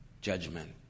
judgment